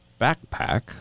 backpack